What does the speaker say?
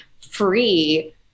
free